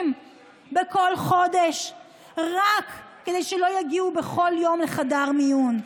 בכול חודש רק כדי שלא יגיעו בכול יום לחדר מיון,